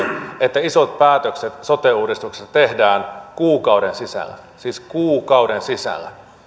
että isot päätökset sote uudistuksessa tehdään kuukauden sisällä siis kuukauden sisällä